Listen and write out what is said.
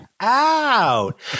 out